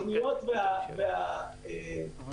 התוכניות --- יכולת החזר.